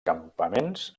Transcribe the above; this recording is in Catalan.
campaments